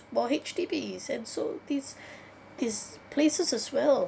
while H_D_B is and so these these places as well